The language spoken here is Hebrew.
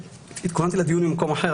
התכוננתי לדיון ממקום אחר,